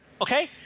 Okay